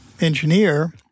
engineer